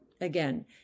again